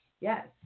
Yes